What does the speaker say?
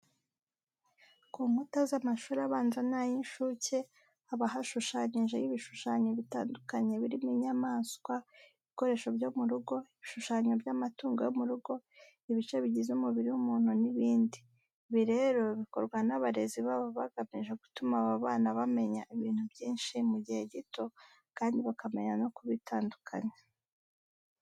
Ku nkuta z'amashuri abanza n'ay'incuke haba hashushanyijeho ibishushanyo bitandukanye birimo inyamaswa, ibikoresho byo mu rugo, ibishushanyo by'amatungo yo mu rugo, ibice bigize umubiri w'umuntu n'ibindi. Ibi rero bikorwa n'abarezi babo bagamije gutuma aba bana bamenya ibintu byinshi mu gihe gito kandi bakamenya no kubitandukanya.